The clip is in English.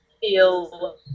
feel